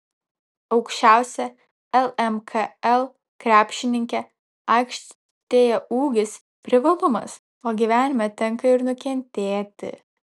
aukščiausia lmkl krepšininkė aikštėje ūgis privalumas o gyvenime tenka ir nukentėti